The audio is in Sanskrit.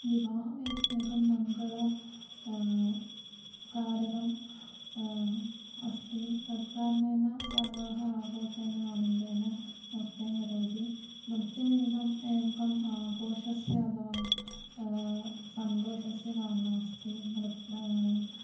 विवाहम् एकं मङ्गल कारकम् अस्ति तत् कारणेन सर्वाः आघोषेन आनन्देन नृत्यं करोति नृत्यमिदम् एकम् आघोषस्य अथवा सन्देषस्य भग्नमस्ति नृत्यं